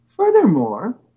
Furthermore